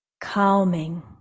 calming